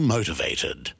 Motivated